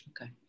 okay